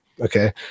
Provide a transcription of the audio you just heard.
Okay